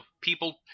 people-